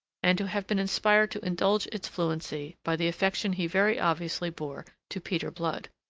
and to have been inspired to indulge its fluency by the affection he very obviously bore to peter blood.